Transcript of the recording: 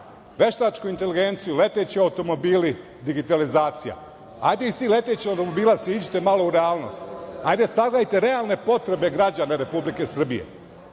veštačku inteligenciju, leteći automobili, digitalizacija. Hajde sa tih letećih automobila siđite malo u realnost. Hajde sagledajte realne potrebe građana Republike Srbije. Vi